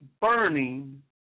burning